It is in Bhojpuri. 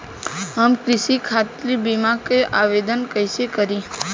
हम कृषि खातिर बीमा क आवेदन कइसे करि?